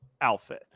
outfit